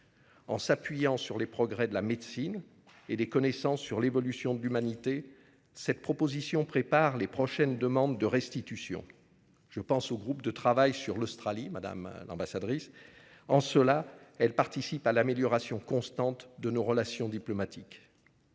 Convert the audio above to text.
En s'appuyant sur les progrès de la médecine et des connaissances sur l'évolution de l'humanité, cette proposition de loi prépare les prochaines demandes de restitutions. Je pense au groupe de travail sur l'Australie, madame l'ambassadrice. En cela, elle participe à l'amélioration constante de nos relations diplomatiques.